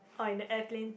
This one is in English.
or in the airplane